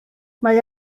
mae